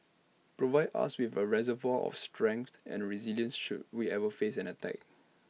provides us with A reservoir of strength and resilience should we ever face an attack